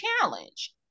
challenge